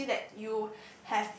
ya I see that you